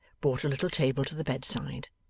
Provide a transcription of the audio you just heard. brought a little table to the bedside,